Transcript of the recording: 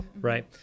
right